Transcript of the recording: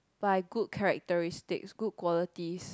by good characteristics good qualities